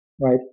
right